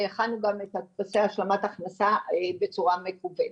הכנו גם את טפסי השלמת ההכנסה בצורה מקוונת.